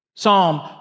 Psalm